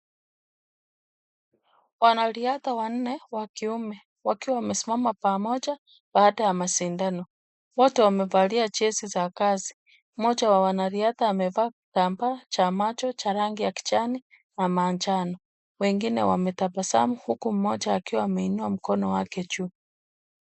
Wanariadha wanne wakiume wakiwa wamesimama pamoja baada ya mashindano. Wote wamevalia jezi za kazi. Mmoja wa wanariadha amevaa kitambaa cha macho cha rangi ya kijani na manjano. Wengine wametabasamu huku mmoja akiwa ameinua mkono wake juu.